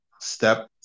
step